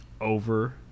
over